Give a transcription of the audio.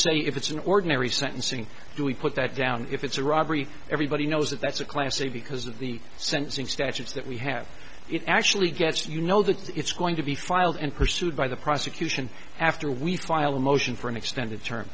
say if it's an ordinary sentencing do we put that down if it's a robbery everybody knows that that's a class a because of the sentencing statutes that we have it actually gets you know that it's going to be filed and pursued by the prosecution after we file a motion for an extended term